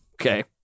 Okay